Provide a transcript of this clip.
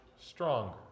stronger